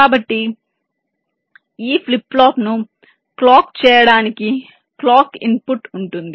కాబట్టి ఈ ఫ్లిప్ ఫ్లాప్ను క్లాక్ చేయడానికి క్లాక్ ఇన్పుట్ ఉంటుంది